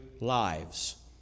lives